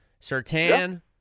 Sertan